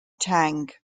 tang